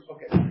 Okay